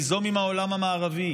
ליזום עם העולם המערבי,